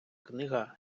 книга